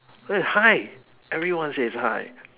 eh hi everyone says hi